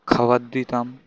খাবার দিতাম